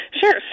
Sure